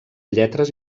lletres